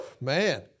man